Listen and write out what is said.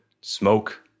smoke